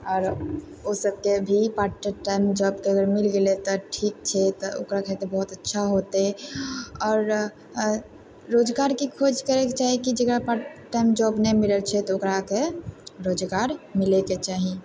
आओर ओ सबके भी पार्टटाइम जॉब तऽ अगर मिल गेलै तऽ ठीक छै तऽ ओकरा खातिर तऽ बहुत अच्छा होतै रोजगारके खोज करयके चाही कि पार्टटाइम जॉब नहि मिलल छै तऽ ओकरा के रोजगार मिलयके चाही